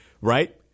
Right